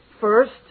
First